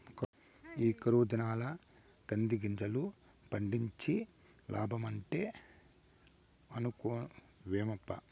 ఈ కరువు దినాల్ల కందిగింజలు పండించి లాబ్బడమంటే ఇనుకోవేమప్పా